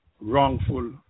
wrongful